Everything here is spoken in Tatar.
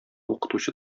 укытучы